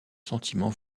sentiments